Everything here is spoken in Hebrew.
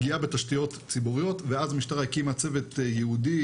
פגיעה בתשתיות ציבוריות ואז משטרה הקימה צוות ייעודי,